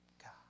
God